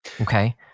okay